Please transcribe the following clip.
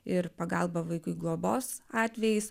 ir pagalbą vaikui globos atvejais